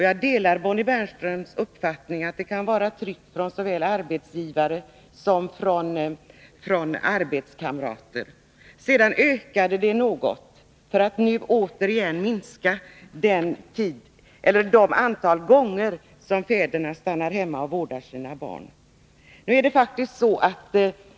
Jag delar Bonnie Bernströms uppfattning, att det kan bero på att det var ett tryck från såväl arbetsgivare som arbetskamrater. Antalet gånger som fäderna stannade och vårdade sina barn ökade sedan något för att nu återigen minska.